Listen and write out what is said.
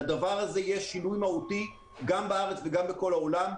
לדבר הזה יש שינוי מהותי גם בארץ וגם בכל העולם.